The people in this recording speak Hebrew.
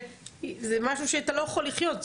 שזה משהו שאתה לא יכול לחיות,